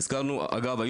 אגב,